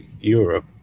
Europe